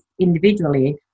individually